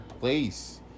place